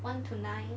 one to nine